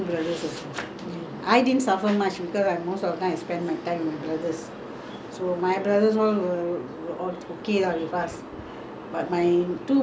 my brothers all were were all okay lah with us but my two brothers and my sister uh suffered under my father because he's such a kiam siap man